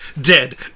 dead